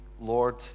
Lord